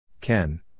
Ken